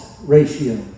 ratio